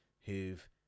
who've